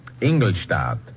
Ingolstadt